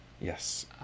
Yes